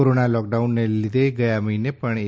corona લોકડાઉનને લીધે ગયા મહિને પણ એ